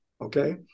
okay